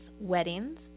weddings